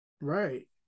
Right